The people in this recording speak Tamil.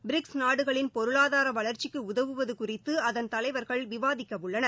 பிரிக்ஸ் நாடுகளின் பொருளாதார வளர்ச்சிக்கு உதவுவது குறித்து அதன் தலைவர்கள் விவாதிக்க உள்ளனர்